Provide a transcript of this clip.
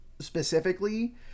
specifically